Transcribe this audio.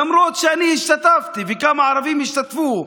למרות שאני השתתפתי וכמה ערבים השתתפו,